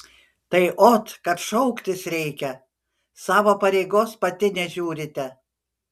tai ot kad šauktis reikia savo pareigos pati nežiūrite